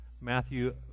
Matthew